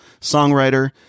songwriter